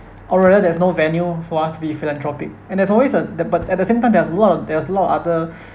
or rather there's no venue for us to be philanthropic and it's always that but at the same time there is a lot of there is a lot of other